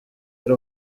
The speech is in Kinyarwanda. ari